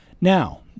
Now